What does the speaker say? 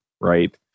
right